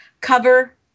cover